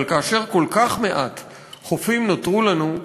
אבל כאשר כל כך מעט חופים נותרו לנו,